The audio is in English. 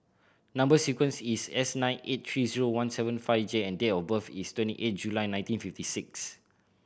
number sequence is S nine eight three zero one seven five J and date of birth is twenty eight July nineteen fifty six